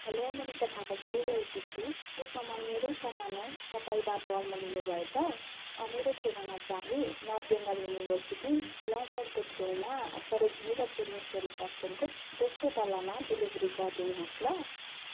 hello म निता थापा बोलिरहेकी छु त्यो सामान मेरै सामान हो तपाईँ बाटो अल्मलिनु भएछ मेरो ठेगाना चाहिँ नर्थ बेङ्गाल युनिभर्सिटी ल मोडको छेउमा सरोजिनी र पूर्णेश्वरी होस्टेलको दोस्रो तलामा डेलिभरी गरिदिनुहोस् ल